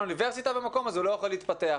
אוניברסיטה במקום הוא לא יכול להתפתח.